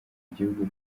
gihugu